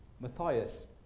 Matthias